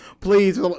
Please